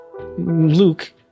Luke